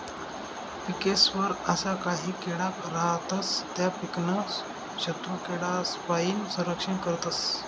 पिकेस्वर अशा काही किडा रातस त्या पीकनं शत्रुकीडासपाईन संरक्षण करतस